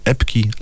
Epki